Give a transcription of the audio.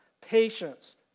patience